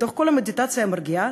ובתוך כל המדיטציה המרגיעה